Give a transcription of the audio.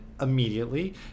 immediately